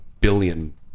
billion